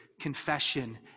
confession